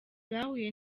bahuye